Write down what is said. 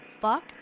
fuck